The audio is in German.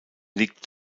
liegt